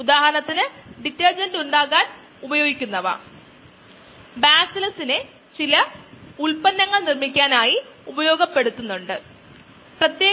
അതായത് മൊത്തം സമയം അതായത് ബാച്ചിന്റെ തുടക്കം t യിൽ നിന്നും x എത്തും വരെ